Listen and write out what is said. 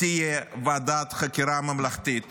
תהיה ועדת חקירה ממלכתית